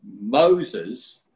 Moses